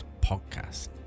podcast